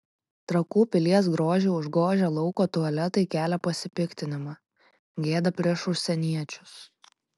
trakų pilies grožį užgožę lauko tualetai kelia pasipiktinimą gėda prieš užsieniečius